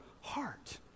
heart